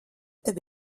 tev